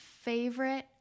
favorite